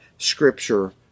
scripture